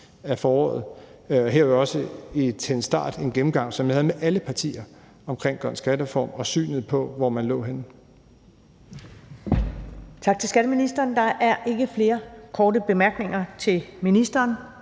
af foråret. Her havde jeg jo også til en start en gennemgang, som jeg havde med alle partier, af »Grøn skattereform« og omkring synet på, hvor man lå henne.